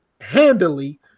handily